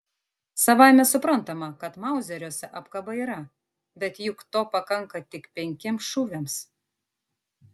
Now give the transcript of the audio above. savaime suprantama kad mauzeriuose apkaba yra bet juk to pakanka tik penkiems šūviams